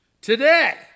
Today